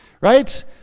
right